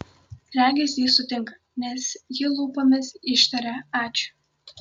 regis jis sutinka nes ji lūpomis ištaria ačiū